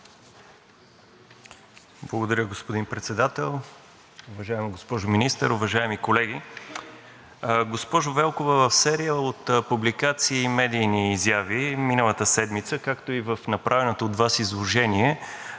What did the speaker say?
Благодаря, господин Председател. Уважаема госпожо Министър, уважаеми колеги! Госпожо Велкова, в серия от публикации и медийни изяви миналата седмица, както и в направеното от Вас изложение,